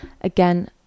again